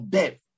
death